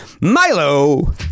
Milo